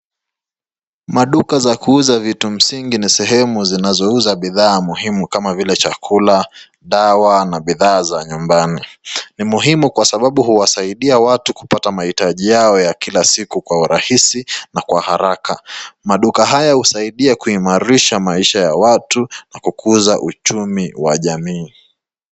Madukaa za kuuza vitu msingi ni sehemu zinazouza bidhaa muhimu kama vile chakula, dawa na bidha za nyumbani. Ni muhimu kwa sababu huwasaidia watu kupata mahitaji yao ya kila siku kwa urahisi na kwa haraka. Maduka haya husaidia kuimarisha maisha ya watu na kukuza uchumi wa jamii.